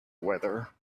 weather